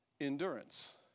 endurance